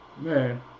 Man